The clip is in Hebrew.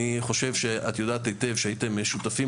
אני חושב שאת יודעת היטב שהייתם שותפים